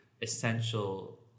essential